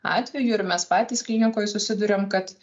atvejų ir mes patys klinikoj susiduriam kad